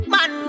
Man